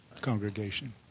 congregation